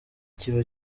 kiba